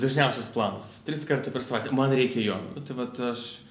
dažniausias planas trys kartai per savaitę man reikia jo tai vat aš